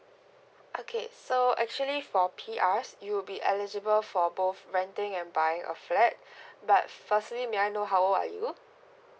okay so actually for P_R you'll be eligible for both renting and buying a flat but firstly may I know how old are you